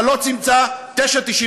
אתה לא תמצא בסניף